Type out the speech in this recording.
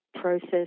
process